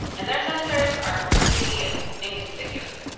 and their sensors are pretty inconspicuous.